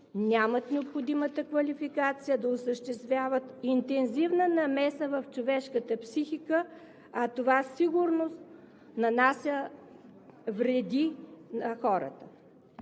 нямат необходимата квалификация да осъществяват интензивна намеса в човешката психика, а това със сигурност нанася вреди на хората.